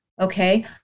Okay